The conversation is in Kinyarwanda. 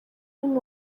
nyine